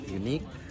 unique